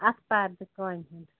اَتھٕ پردِ کامہِ ہُنٛد